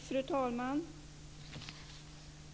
Fru talman!